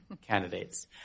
candidates